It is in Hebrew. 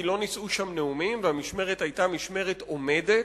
כי לא נישאו שם נאומים והמשמרת היתה משמרת עומדת,